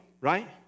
right